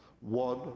one